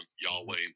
Yahweh